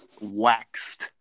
Waxed